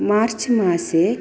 मार्च् मासे